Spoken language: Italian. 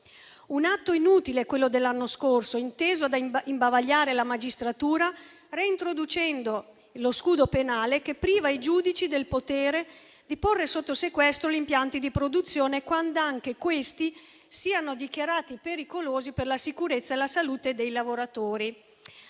Un atto inutile quello dell'anno scorso, inteso ad imbavagliare la magistratura, reintroducendo lo scudo penale che priva i giudici del potere di porre sotto sequestro gli impianti di produzione, quand'anche questi siano dichiarati pericolosi per la sicurezza e la salute dei lavoratori.